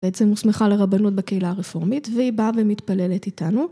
בעצם הוסמכה לרבנות בקהילה הרפורמית והיא באה ומתפללת איתנו.